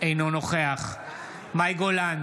אינו נוכח מאי גולן,